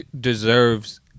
deserves